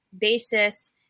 basis